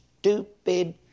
Stupid